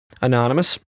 anonymous